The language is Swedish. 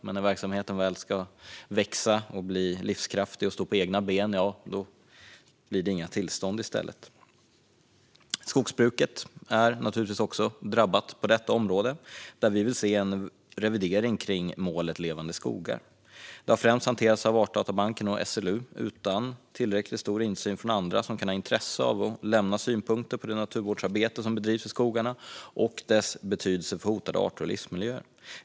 Men när verksamheten väl ska växa, bli livskraftig och stå på egna ben blir det å andra sidan inga tillstånd. Skogsbruket är naturligtvis också drabbat på detta område, där vi vill se en revidering kring målet Levande skogar. Det har främst hanterats av Artdatabanken och SLU, utan tillräckligt stor insyn från andra som kan ha intresse av att lämna synpunkter på det naturvårdsarbete som bedrivs i skogarna och dess betydelse för hotade arter och livsmiljöer.